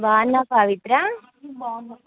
బాగున్నావా పవిత్ర